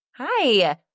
Hi